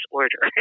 order